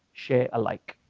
share alike.